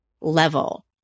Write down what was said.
level